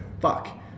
fuck